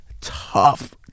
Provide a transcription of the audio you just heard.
tough